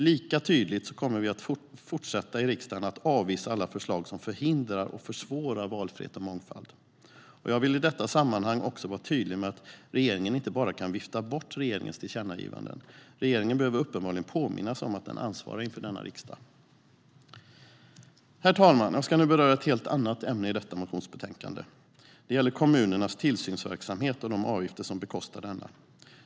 Lika tydligt kommer vi att fortsätta att i riksdagen avvisa alla förslag som förhindrar och försvårar valfrihet och mångfald. Jag vill i detta sammanhang också vara tydlig med att regeringen inte bara kan vifta bort riksdagens tillkännagivanden. Regeringen behöver uppenbarligen påminnas om att den ansvarar inför denna riksdag. Herr talman! Jag ska nu beröra ett helt annat ämne i detta motionsbetänkande. Det gäller kommunernas tillsynsverksamhet och de avgifter som bekostar denna.